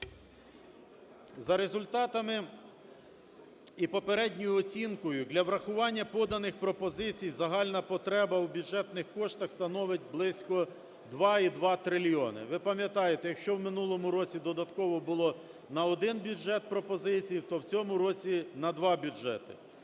За результатами і попередньою оцінкою для врахування поданих пропозицій, загальна потреба в бюджетних коштах становить близько 2,2 трильйона. Ви пам'ятаєте, якщо в минулому році додатково було на один бюджет пропозицій, то в цьому році на два бюджети.